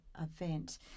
event